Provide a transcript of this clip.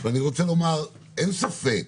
ואני רוצה לומר, אין ספק